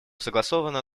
согласовано